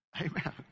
Amen